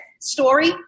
story